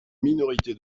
minorité